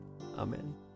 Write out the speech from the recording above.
Amen